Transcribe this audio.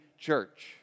church